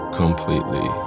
completely